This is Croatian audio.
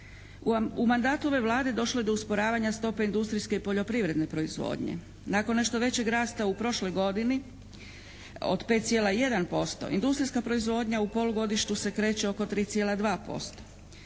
U mandatu ove Vlade došlo je do usporavanja stope industrijske i poljoprivredne proizvodnje. Nakon nešto većeg rasta u prošloj godini od 5,1% industrijska proizvodnja u polugodištu se kreće oko 3,2%.